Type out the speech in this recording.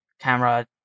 camera